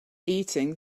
eating